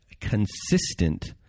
Consistent